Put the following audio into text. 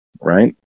right